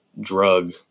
drug